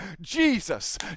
Jesus